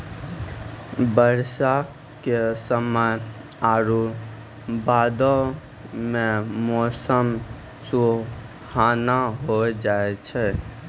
बरसा के समय आरु बादो मे मौसम सुहाना होय जाय छै